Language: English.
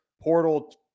portal